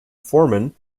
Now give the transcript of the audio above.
foreman